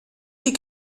die